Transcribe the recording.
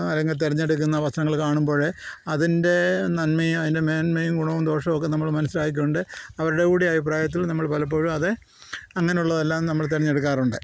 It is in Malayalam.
അല്ലെങ്കിൽ തിരഞ്ഞെടുക്കുന്ന വസ്ത്രങ്ങൾ കാണുമ്പോഴെ അതിൻ്റെ നന്മയും അതിൻ്റെ മേന്മയും ഗുണവും ദോഷവുമൊക്കെ നമ്മൾ മനസ്സിലാക്കിക്കൊണ്ട് അവരുടെ കൂടി അഭിപ്രായത്തിൽ നമ്മൾ പലപ്പോഴും അത് അങ്ങനെയുള്ളതെല്ലാം നമ്മൾ തിരഞ്ഞെടുക്കാറുണ്ട്